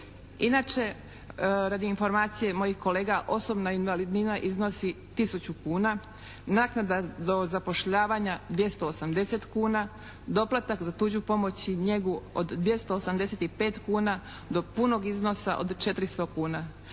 Inače radi informacije mojih kolega osobna invalidnina iznosi tisuću kuna, naknada do zapošljavanja 280 kuna, doplatak za tuđu pomoć i njegu od 285 kuna do punog iznosa od 400 kuna.